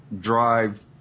drive